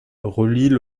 relient